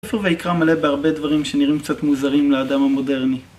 ספר ויקרא מלא בהרבה דברים שנראים קצת מוזרים לאדם המודרני.